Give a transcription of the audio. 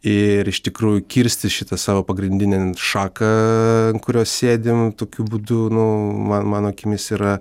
ir iš tikrųjų kirsti šitą savo pagrindinę šaką ant kurios sėdim tokiu būdu nu man mano akimis yra